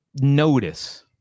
notice